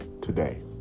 today